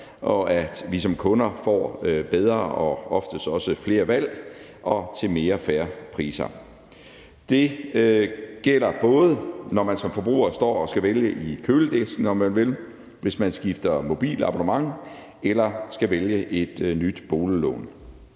og at vi som kunder får bedre og oftest også flere valg og til mere fair priser. Det gælder både, når man som forbruger står og skal vælge i køledisken, om man vil, hvis man skifter mobilabonnement eller skal vælge et nyt boliglån,